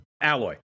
alloy